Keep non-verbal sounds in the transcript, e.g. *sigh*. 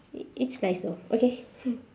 it's it's nice though okay *breath*